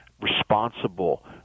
responsible